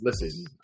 Listen